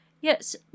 Yes